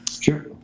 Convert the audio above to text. Sure